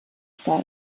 sei